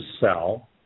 sell